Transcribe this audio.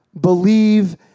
believe